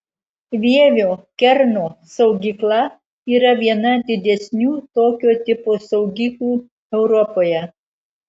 vievio kerno saugykla yra viena didesnių tokio tipo saugyklų europoje